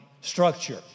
structure